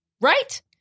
Right